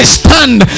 stand